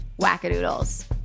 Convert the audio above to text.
wackadoodles